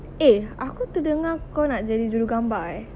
eh aku terdengar kau nak jadi jurugambar eh